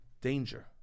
Danger